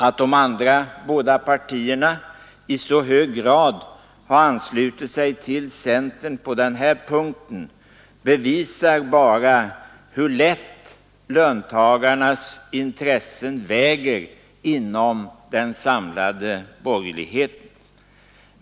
Att de andra båda partierna i så hög grad anslutit sig till centern på den här punkten bevisar bara hur lätt löntagarnas intressen väger inom den samlade borgerligheten.